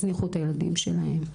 שאנשים יזניחו את הילדים שלהם?